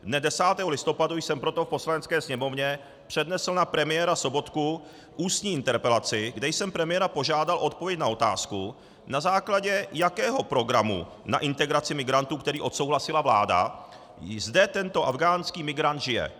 Dne 10. listopadu jsem proto v Poslanecké sněmovně přednesl na premiéra Sobotku ústní interpelaci, kde jsem premiéra požádal o odpověď na otázku, na základě jakého programu na integraci migrantů, který odsouhlasila vláda, zde tento afghánský migrant žije.